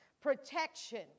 protection